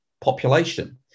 population